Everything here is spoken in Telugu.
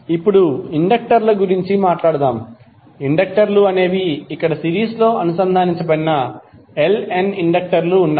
ఇప్పుడు ఇండక్టర్ల గురించి మాట్లాడుదాం ఇండక్టర్లు అనేవి ఇక్కడ సిరీస్లో అనుసంధానించబడిన Ln ఇండకర్లు ఉన్నాయి